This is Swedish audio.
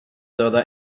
döda